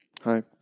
Hi